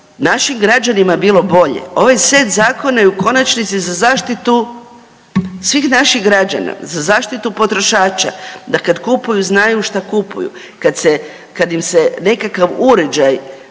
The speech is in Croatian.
našim građanima bilo bolje. Ovaj set zakona je u konačnici za zaštitu svih naših građana, za zaštitu potrošača da kada kupuju znaju što kupuju, kada im se nekakav uređaj